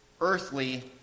earthly